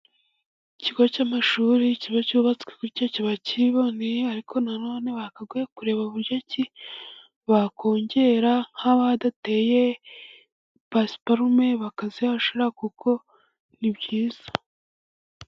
Ikigo cy'amashuri kiba cyubatswe gutya kiba kiboneye, ariko na none bakagombye kureba buryo ki bakongera, ahaba hadateye basuparume bakazihashyira kuko ni byiza.